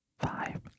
Five